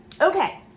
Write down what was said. Okay